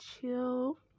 chill